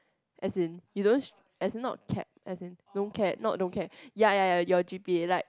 as in you don't as not cap as in no cap not don't cap ya ya ya your G_P like